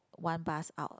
one bus out